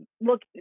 look